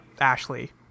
Ashley